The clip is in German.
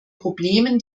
problemen